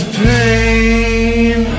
pain